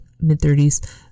mid-30s